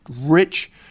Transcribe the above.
rich